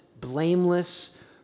blameless